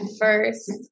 first